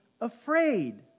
afraid